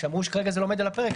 שאמרו שכרגע זה לא עומד על הפרק,